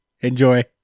Enjoy